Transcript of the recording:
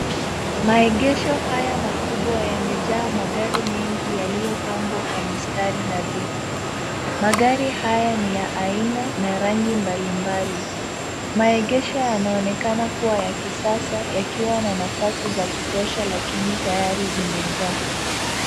Maegesho haya makubwa yamejaa magari mengi yaliyopangwa kwa mistari nadhifu. Magari haya ni ya aina na rangi mbalimbali. Maegesho yanaonekana kuwa ya kisasa yakiwa na nafasi za kutosha lakini tayari zimejaa.